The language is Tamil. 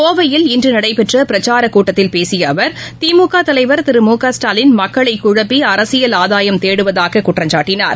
கோவையில் இன்றுநடைபெற்றபிரச்சாரக்கூட்டத்தில் பேசியஅவர் திமுகதலைவர் திரு மு க ஸ்டாலின் மக்களைகுழப்பிஅரசியல் ஆதாயம் தேடுவதாககுற்றம் சாட்டினார்